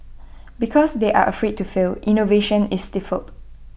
because they are afraid to fail innovation is stifled